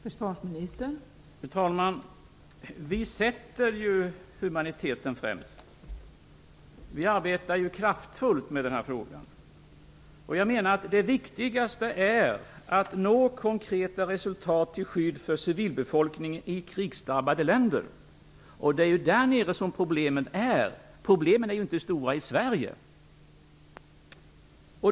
Fru talman! Vi sätter ju humaniteten främst. Vi arbetar kraftfullt med den här frågan. Det viktigaste är att nå konkreta resultat till skydd för civilbefolkningen i krigsdrabbade länder. Det är ju där som problemet finns. Problemen är inte stora i Sverige.